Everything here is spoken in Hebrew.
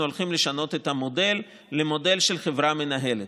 הולכים לשנות את המודל למודל של חברה מנהלת.